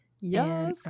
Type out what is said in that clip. yes